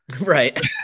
Right